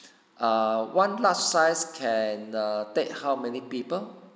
err one large size can err take how many people